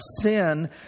sin